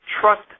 trust